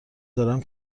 دارم